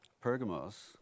Pergamos